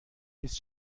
نیست